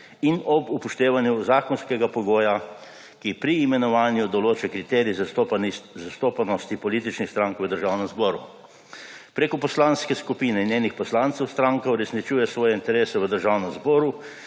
in ob upoštevanju zakonskega pogoja, ki pri imenovanju določa kriterij zastopanosti političnih strank v Državnem zboru. Preko poslanske skupine in njenih poslancev stranka uresničuje svoje interese v Državnem zboru,